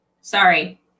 sorry